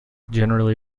generally